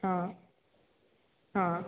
ହଁ ହଁ